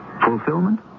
fulfillment